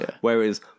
Whereas